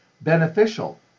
beneficial